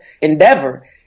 endeavor